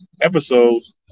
episodes